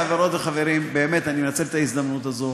חברות וחברים, אני מנצל את ההזדמנות הזו